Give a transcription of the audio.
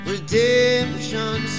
Redemption